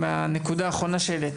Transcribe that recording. הנקודה האחרונה שהעלית.